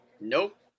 Nope